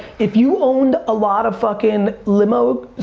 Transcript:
if you owned a lot of fuckin' limos,